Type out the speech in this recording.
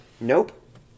Nope